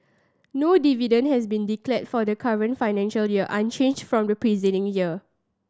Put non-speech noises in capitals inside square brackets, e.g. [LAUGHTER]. no dividend has been declared for the current financial [UNINTELLIGIBLE] unchanged from the preceding year